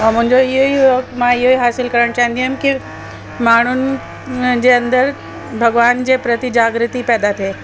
ऐं मुंहिंजो इहो ई हुओ की मां इहो ई हासिलु करणु चाहींदमि की माण्हुनि जे अंदरु भॻिवान जे प्रति जागृती पैदा थिए